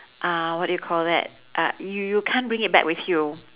uh what do you call you that uh you you can't bring it back with you